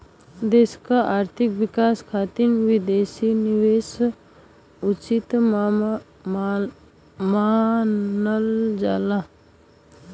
देश क आर्थिक विकास खातिर विदेशी निवेश उचित मानल जाला